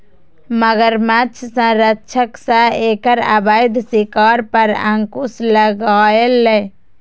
मगरमच्छ संरक्षणक सं एकर अवैध शिकार पर अंकुश लागलैए